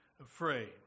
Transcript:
afraid